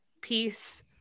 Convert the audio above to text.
peace